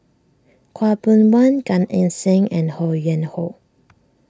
Khaw Boon Wan Gan Eng Seng and Ho Yuen Hoe